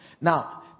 Now